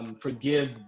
Forgive